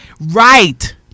Right